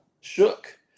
shook